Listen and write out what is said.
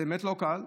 זה באמת לא קל,